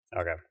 Okay